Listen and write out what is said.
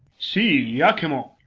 see! iachimo!